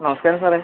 നമസ്കാരം സാറെ